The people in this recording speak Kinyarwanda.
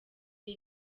iri